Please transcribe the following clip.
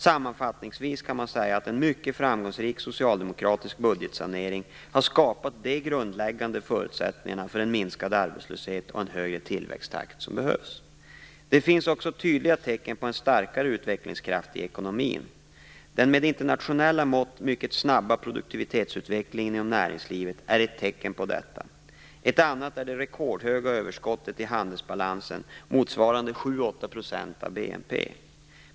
Sammanfattningsvis kan man säga att en mycket framgångsrik socialdemokratisk budgetsanering har skapat de grundläggande förutsättningarna för en minskad arbetslöshet och en behövlig högre tillväxttakt. Det finns också tydliga tecken på en starkare utvecklingskraft i ekonomin. Den med internationella mått mycket snabba produktivitetsutvecklingen inom näringslivet är ett tecken på detta. Ett annat är det rekordhöga överskottet i handelsbalansen, motsvarande 7-8 % av BNP.